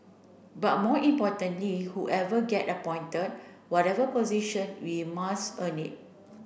but more importantly whoever get appointed whatever position we must earn it